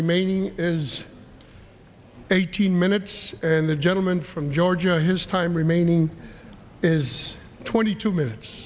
remaining as eighteen minutes and the gentleman from georgia his time remaining is twenty two minutes